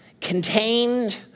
contained